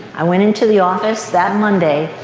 i went into the office that monday.